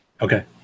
Okay